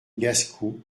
gascous